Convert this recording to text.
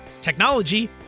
technology